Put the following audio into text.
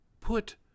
Put